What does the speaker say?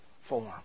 form